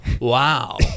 Wow